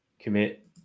commit